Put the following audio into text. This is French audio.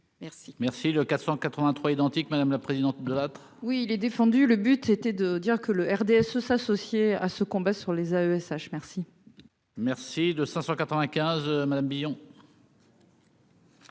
merci. Merci le 483 identique, madame la présidente de l'autre. Oui, il est défendu le but était de dire que le RDSE s'associer à ce combat sur les AESH, merci. Merci de 595 Mabillon.